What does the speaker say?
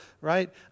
right